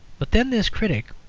but then this critic,